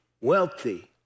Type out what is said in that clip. wealthy